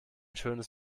schönes